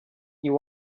you